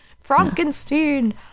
Frankenstein